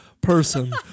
person